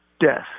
death